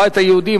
הבית היהודי,